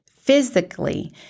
physically